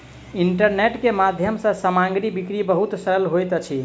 internet के माध्यम सँ सामग्री बिक्री बहुत सरल होइत अछि